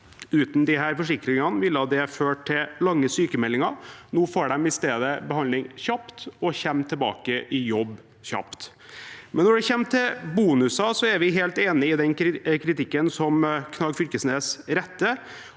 Uten disse forsikringene ville det ført til lange sykmeldinger. Nå får man i stedet behandling kjapt og kommer tilbake i jobb kjapt. Når det gjelder bonuser, er vi helt enig i den kritikken som Knag Fylkesnes retter,